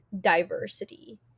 diversity